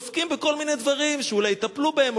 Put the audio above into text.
ועוסקים בכל מיני דברים שאולי יטפלו בהם.